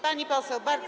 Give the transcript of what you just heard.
Pani poseł, bardzo.